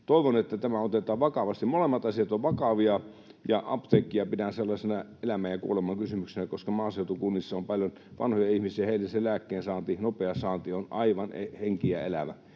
Toivon, että tämä otetaan vakavasti. Molemmat asiat ovat vakavia, ja apteekkia pidän sellaisena elämän ja kuoleman kysymyksenä, koska maaseutukunnissa on paljon vanhoja ihmisiä, ja heille se lääkkeen saanti, nopea saanti, on aivan henki ja elämä.